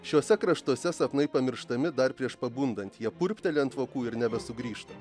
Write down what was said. šiuose kraštuose sapnai pamirštami dar prieš pabundant jie purpteli ant vokų ir nebesugrįžta